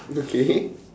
okay